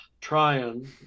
trying